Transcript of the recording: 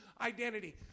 identity